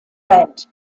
vent